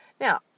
now